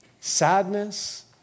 sadness